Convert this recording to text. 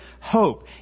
hope